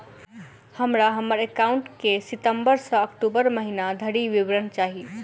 हमरा हम्मर एकाउंट केँ सितम्बर सँ अक्टूबर महीना धरि विवरण चाहि?